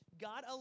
God